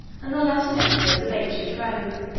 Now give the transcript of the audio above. and the latin emperors of ancient rome.